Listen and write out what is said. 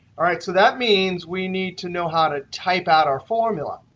all right. so that means we need to know how to type out our formula.